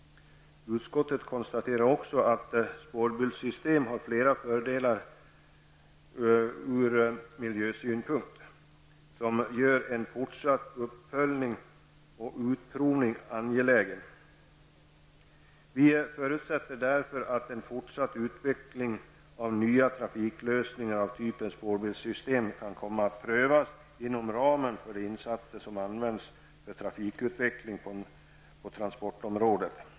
Utskottet konstaterar också att ett spårbilssystem har flera fördelar ur miljösynpunkt, som gör en fortsatt uppföljning och utprovning angelägen. Vi förutsätter därför att en fortsatt utveckling av nya trafiklösningar av typen spårbilssystem kan komma att prövas inom ramen för de insatser som används för trafikutveckling på transportområdet.